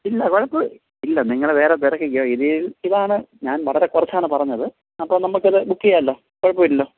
ഇല്ല കുഴപ്പം ഇല്ല നിങ്ങൾ വേറെ തിരക്കിക്കോ ഇതിൽ ഇതാണ് ഞാൻ വളരെ കുറച്ചാണ് പറഞ്ഞത് അപ്പോൾ നമുക്ക് ഇത് ബുക്ക് ചെയ്യാമല്ലോ കുഴപ്പം ഇല്ലല്ലോ